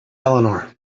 eleanor